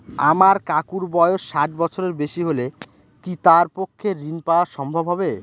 আমার কাকুর বয়স ষাট বছরের বেশি হলে কি তার পক্ষে ঋণ পাওয়া সম্ভব হবে?